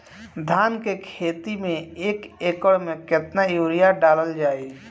धान के खेती में एक एकड़ में केतना यूरिया डालल जाई?